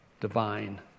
divine